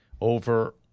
over